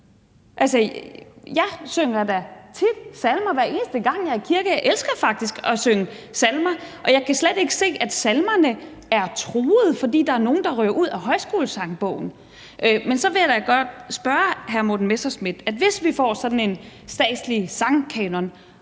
jeg synger da tit salmer, nemlig hver eneste gang jeg er i kirke. Jeg elsker faktisk at synge salmer, og jeg kan slet ikke se, at salmerne er truet, fordi der er nogle, der ryger ud af Højskolesangbogen. Men så vil jeg da godt spørge hr. Morten Messerschmidt: Hvis vi får sådan en statslig sangkanon,